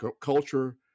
culture